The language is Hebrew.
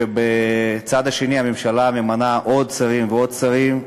וכשבצד השני הממשלה ממנה עוד שרים ועוד שרים,